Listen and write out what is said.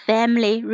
Family